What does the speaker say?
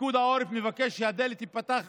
פיקוד העורף מבקש שהדלת תיפתח החוצה,